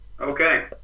Okay